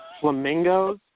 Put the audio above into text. Flamingos